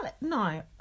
No